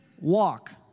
walk